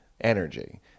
energy